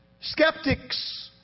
skeptics